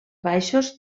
baixos